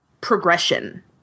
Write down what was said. progression